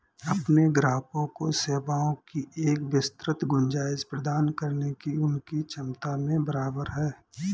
अपने ग्राहकों को सेवाओं की एक विस्तृत गुंजाइश प्रदान करने की उनकी क्षमता में बराबर है